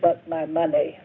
but my monday